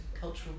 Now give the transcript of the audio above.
cultural